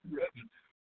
revenue